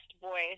voice